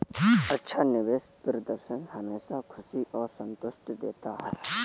अच्छा निवेश प्रदर्शन हमेशा खुशी और संतुष्टि देता है